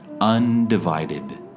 undivided